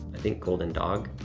i think golden dog.